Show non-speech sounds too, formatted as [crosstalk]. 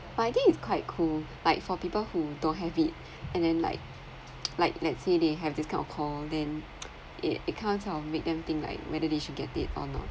but I think it's quite cool like for people who don't have it and then like [noise] like like let's say they have this kind of call then it it kind of make them think like whether they should get it or not